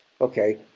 Okay